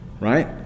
right